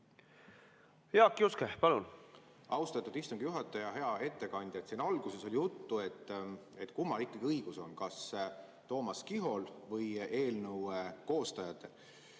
Jaak Juske, palun! Austatud istungi juhataja! Hea ettekandja! Siin alguses oli juttu, et kummal ikkagi on õigus: kas Toomas Kihol või eelnõu koostajatel?